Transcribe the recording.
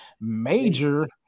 major